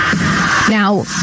Now